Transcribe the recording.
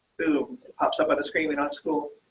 who pops up on the screen without school